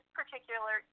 particular